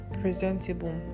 presentable